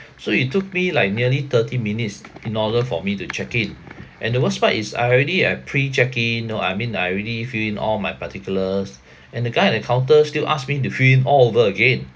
so it took me like nearly thirty minutes in order for me to check in and the worst part is I already have pre check in know I mean I already fill in all my particulars and the guy at the counter still ask me to fill in all over again